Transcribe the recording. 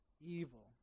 evil